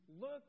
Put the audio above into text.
Look